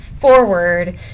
forward